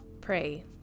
Pray